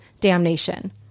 damnation